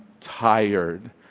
tired